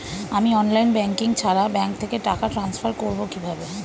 আমি online banking ছাড়া bank থেকে টাকা ট্রান্সফার করবো কিভাবে?